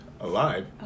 alive